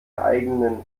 eigenen